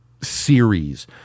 series